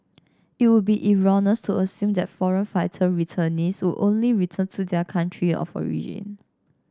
it would be erroneous to assume that foreign fighter returnees would only return to their country of origin